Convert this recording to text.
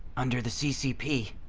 under the ccp.